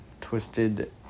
Twisted